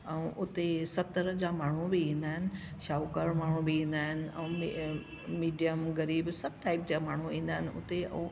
ऐं उते सभु तरह जा माण्हू बि ईंदा आहिनि शाहुकार माण्हू बि ईंदा आहिनि ऐं मिडियम गरीब सभु टाईप जा माण्हू ईंदा आहिनि उते ऐं